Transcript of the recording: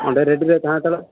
ᱚᱸᱰᱮ ᱨᱮᱰᱤ ᱨᱮ ᱛᱟᱦᱮᱸ ᱦᱟᱛᱚᱲᱚᱜ